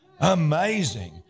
Amazing